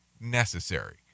necessary